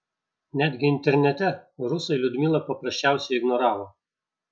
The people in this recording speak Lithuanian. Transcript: netgi internete rusai liudmilą paprasčiausiai ignoravo